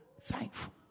thankful